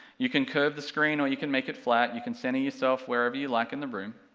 you can curve the screen or you can make it flat, you can center yourself wherever you like in the room.